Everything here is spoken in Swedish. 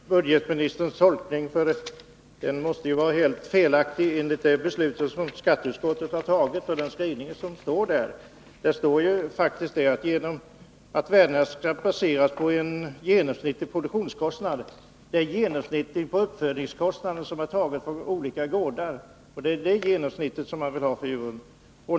Herr talman! Jag beklagar budgetministerns tolkning. Den måste med tanke på det beslut som skatteutskottet har fattat vara felaktig. I skatteutskottets skrivning framhålls att värdena skall baseras på en genomsnittlig produktionskostnad. Det är då fråga om en genomsnittlig uppfödningskostnad, grundad på uppgifter från olika gårdar.